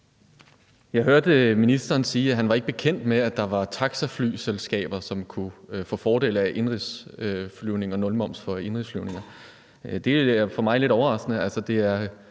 Jeg hørte ministeren sige, at han ikke var bekendt med, at der var taxaflyselskaber, som kunne få fordel af nulmoms for indenrigsflyvninger. Det er for mig lidt overraskende.